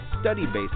study-based